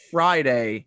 Friday